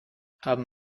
haben